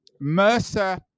Mercer